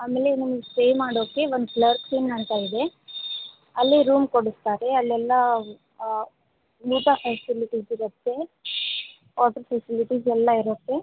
ಆಮೇಲೆ ನಿಮ್ಗೆ ಸ್ಟೇ ಮಾಡೋಕೆ ಒಂದು ಕ್ಲರ್ಕ್ಸ್ ಇನ್ ಅಂತ ಇದೆ ಅಲ್ಲಿ ರೂಮ್ ಕೊಡಿಸ್ತಾರೆ ಅಲ್ಲೆಲ್ಲ ಊಟ ಫೆಸಿಲಿಟೀಸ್ ಇರುತ್ತೆ ಓಟೆಲ್ ಫೆಸಿಲಿಟೀಸ್ ಎಲ್ಲಇರುತ್ತೆ